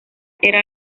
era